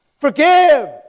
Forgive